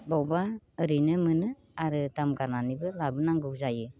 बबेयावबा ओरैनो मोनो आरो दाम गारनानैबो लाबोनांगौ जायो